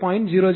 006 j0